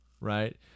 right